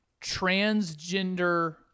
transgender